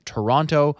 Toronto